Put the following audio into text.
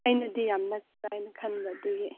ꯑꯩꯅꯗꯤ ꯌꯥꯝ ꯅꯛꯄ꯭ꯔꯅ ꯈꯟꯕ ꯑꯗꯨꯒꯤ